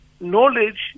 knowledge